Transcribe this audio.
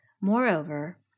Moreover